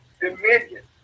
dominion